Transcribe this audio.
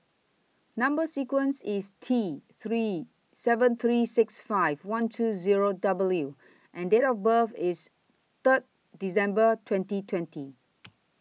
Number sequence IS T three seven three six five one two Zero W and Date of birth IS Third December twenty twenty